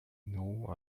known